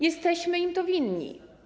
Jesteśmy im to winni.